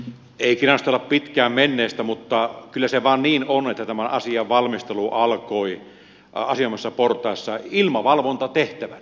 ei kinastella pitkään menneestä mutta kyllä se vain niin on että tämän asian valmistelu alkoi asianomaisessa portaassa ilmavalvontatehtävänä